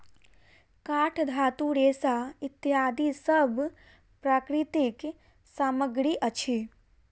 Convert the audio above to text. काठ, धातु, रेशा इत्यादि सब प्राकृतिक सामग्री अछि